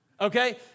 Okay